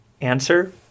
Answer